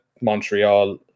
montreal